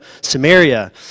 Samaria